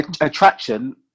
attraction